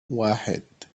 واحد